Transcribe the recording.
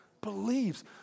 Believes